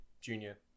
junior